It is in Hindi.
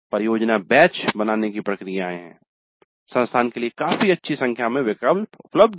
परियोजना बैच बनाने की प्रक्रियाएँ हैं संस्थान के लिए काफी अच्छी संख्या में विकल्प उपलब्ध हैं